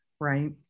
right